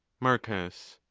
marcus.